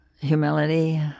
humility